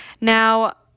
now